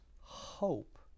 hope